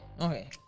okay